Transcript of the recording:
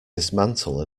dismantle